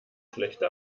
schlechte